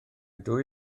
dwy